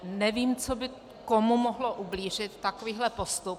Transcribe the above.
Nevím, co by komu mohlo ublížit, takovýhle postup.